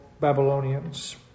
Babylonians